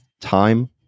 time